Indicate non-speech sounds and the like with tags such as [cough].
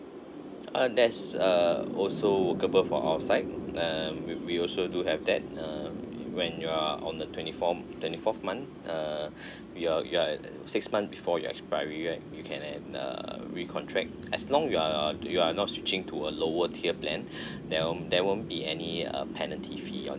uh that's uh also workable for our site um we we also do have that err when you are on the twenty for~ m~ twenty fourth month err [breath] your your err six months before your expiry you err you can uh recontract as long you are you are not switching to a lower tier plan [breath] there won't there won't be any um penalty fee on